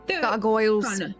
gargoyles